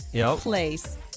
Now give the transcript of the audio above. place